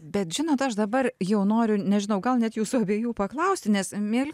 bet žinot aš dabar jau noriu nežinau gal net jūsų abiejų paklausti nes mieli